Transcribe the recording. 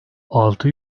altı